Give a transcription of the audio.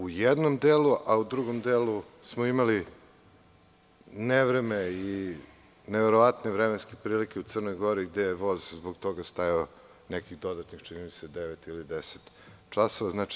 U jednom delu, a u drugom delu, smo imali nevreme i neverovatne vremenske prilike u Crnoj Gori gde je voz zbog toga stajao nekih dodatnih, čini mi se, devet ili deset sati.